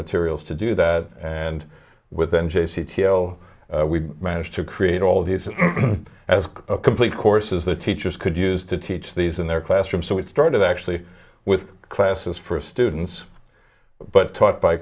materials to do that and with n j c t o we managed to create all these as a complete courses the teachers could use to teach these in their classrooms so it started actually with classes for students but taught by